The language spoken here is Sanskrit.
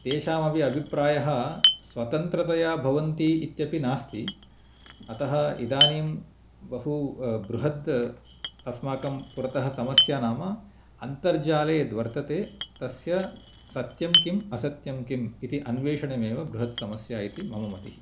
तेषामपि अभिप्रायः स्वतन्त्रतया भवन्ति इत्यपि नास्ति अतः इदानीं बहु बृहत् अस्माकं पुरतः समस्या नाम अन्तर्जाले यद्वर्तते तस्य सत्यं किम् असत्यं किम् इति अन्वेक्षणमेव बृहत् समस्या इति मम मतिः